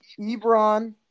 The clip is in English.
Ebron